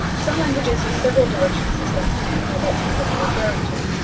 some languages use several direction systems depending on what speakers are referring to.